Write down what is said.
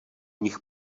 nich